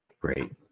Great